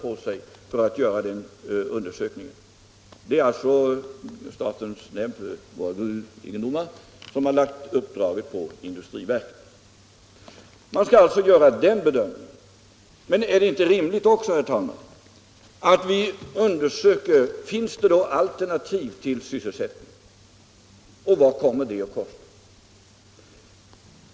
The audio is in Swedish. Det är nämnden för statens gruvegendomar som har lagt det uppdraget på industriverket. Men är det inte också rimligt att vi undersöker om det finns alternativ till sysselsättningen och vad de kommer att kosta?